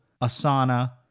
Asana